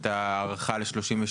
את ההארכה ל-2032,